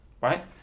right